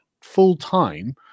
full-time